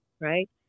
right